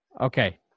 Okay